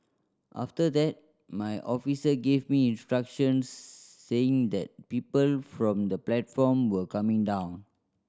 after that my officer gave me instructions saying that people from the platform were coming down